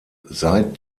seit